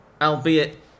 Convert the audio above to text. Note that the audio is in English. albeit